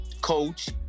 coach